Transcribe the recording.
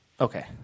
Okay